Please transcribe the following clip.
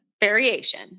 variation